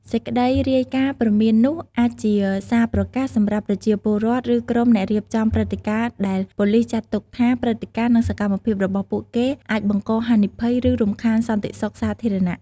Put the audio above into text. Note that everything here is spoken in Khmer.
សេចក្តីរាយការណ៍ព្រមាននោះអាចជាសារប្រកាសសំរាប់ប្រជាពលរដ្ឋ ឬក្រុមអ្នករៀបចំព្រឹត្តិការណ៍ដែលប៉ូលិសចាត់ទុកថា ព្រឹត្តិការណ៍ ឬសកម្មភាពរបស់ពួកគេ អាចបង្កហានិភ័យ ឬរំខានសន្តិសុខសាធារណៈ។